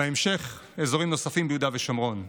ובהמשך, אזורים נוספים ביהודה ושומרון.